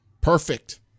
perfect